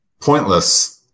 pointless